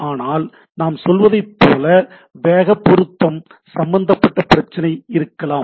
அதனால் நாம் சொல்வதைப் போல வேகப் பொருத்தம் சம்பந்தப்பட்ட பிரச்சினை இருக்கலாம்